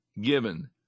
given